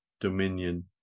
Dominion